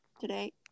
today